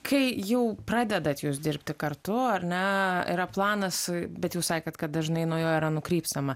kai jau pradedat jūs dirbti kartu ar ne yra planas bet jūs sakėt kad dažnai nuo jo yra nukrypstama